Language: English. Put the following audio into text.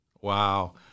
Wow